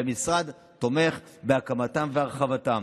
והמשרד תומך בהקמתם והרחבתם.